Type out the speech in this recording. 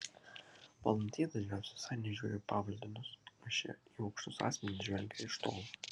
valdantieji dažniausiai visai nežiūri į pavaldinius o šie į aukštus asmenis žvelgia iš tolo